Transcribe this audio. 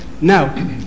Now